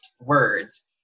words